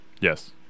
yes